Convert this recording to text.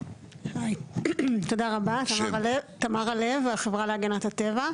היי, תודה רבה, תמרה לב, החברה להגנת הטבע.